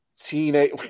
Teenage